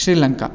Sri Lanka